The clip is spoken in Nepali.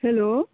हेलो